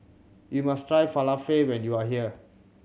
you must try Falafel when you are here